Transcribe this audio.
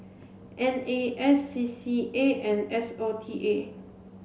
N A S C C A and S O T A